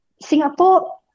singapore